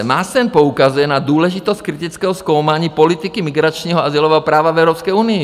Maassen poukazuje na důležitost kritického zkoumání politiky migračního azylového práva v Evropské unii.